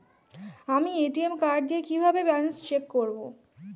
আমি ATM card দিয়ে কিভাবে ব্যালেন্স চেক করব?